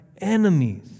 enemies